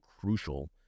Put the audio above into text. crucial